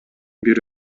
бири